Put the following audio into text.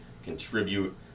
Contribute